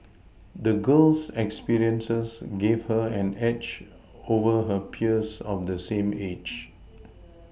the girl's experiences gave her an edge over her peers of the same age